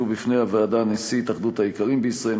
הופיעו בפני הוועדה נשיא התאחדות האיכרים בישראל,